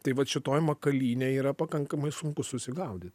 tai vat šitoj makalynėj yra pakankamai sunku susigaudyt